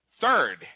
Third